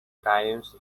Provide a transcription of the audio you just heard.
times